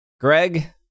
Greg